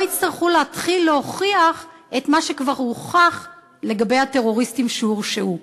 יצטרכו להתחיל להוכיח את מה שכבר הוכח לגבי הטרוריסטים שהורשעו.